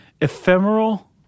ephemeral